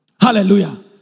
Hallelujah